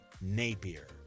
Napier